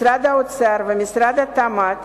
משרד האוצר ומשרד התמ"ת